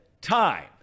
time